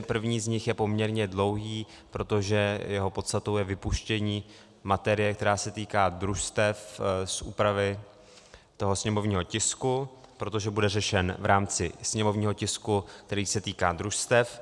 První z nich je poměrně dlouhý, protože jeho podstatou je vypuštění materie, která se týká družstev, ze sněmovního tisku, protože bude řešen v rámci sněmovního tisku, který se týká družstev.